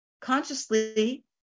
Consciously